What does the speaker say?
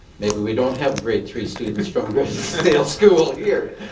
maybe we don't have grade three students from douglasdale school here.